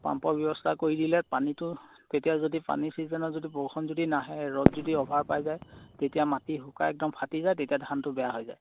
পাম্পৰ ব্যৱস্থা কৰি দিলে পানীটো তেতিয়া যদি পানী ছিজনত যদি বৰষুণ যদি নাহে ৰ'দ যদি অভাৰ পাই যায় তেতিয়া মাটি শুকাই একদম ফাটি যায় তেতিয়া ধানটো বেয়া হৈ যায়